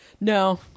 No